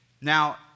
now